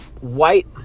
white